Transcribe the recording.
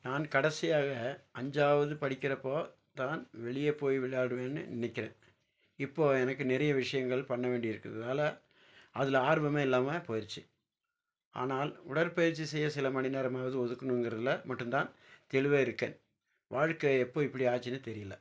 நான் கடைசியாக அஞ்சாவது படிக்கிறப்போது தான் வெளியே போய் விளையாடுவேன்னு நினைக்கிறேன் இப்போது எனக்கு நிறைய விஷயங்கள் பண்ண வேண்டி இருக்கிறதால அதில் ஆர்வமே இல்லாமல் போயிருச்சு ஆனால் உடற்பயிற்சி செய்ய சில மணி நேரமாவது ஒதுக்கணுங்கிறதுல மட்டும் நான் தெளிவாக இருக்கேன் வாழ்க்கை எப்போது இப்படி ஆச்சுன்னே தெரியிலை